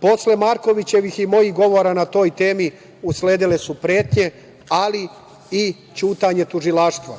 Posle Markovićevih i mojih govora na toj temi usledile su pretnje ali i ćutanje tužilaštva.